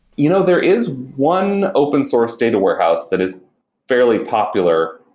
you know there is one open source data warehouse that is fairly popular,